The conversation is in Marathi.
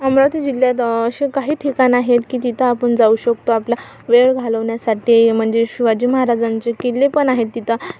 अमरावती जिल्ह्यात अशी काही ठिकाणं आहेत की तिथं आपण जाऊ शकतो आपला वेळ घालवण्यासाठी म्हणजे शिवाजी महाराजांचे किल्ले पण आहेत तिथं